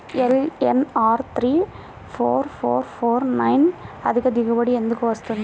LNR three four four four nine అధిక దిగుబడి ఎందుకు వస్తుంది?